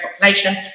population